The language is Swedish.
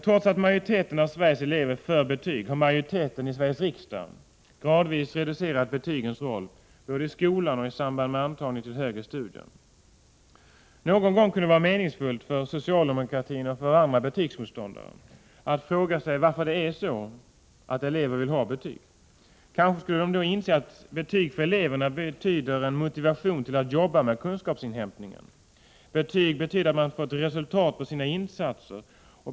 Trots att majoriteten av Sveriges elever är för betyg har majoriteten i Sveriges riksdag gradvis reducerat betygens roll, både i skolan och i samband med antagning till högre studier. Någon gång kunde det vara meningsfullt för socialdemokrater och andra betygsmotståndare att fråga sig varför det är så att elever vill ha betyg. Kanske skulle de då inse att betyg för eleverna betyder en motivation till att jobba med kunskapsinhämtningen. Betyg betyder att man får ett resultat av sina insatser.